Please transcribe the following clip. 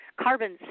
carbon